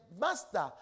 Master